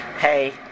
Hey